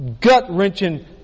gut-wrenching